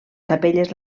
capelles